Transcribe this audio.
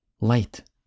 light